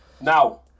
Now